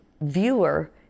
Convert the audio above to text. viewer